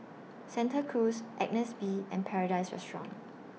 Santa Cruz Agnes B and Paradise Restaurant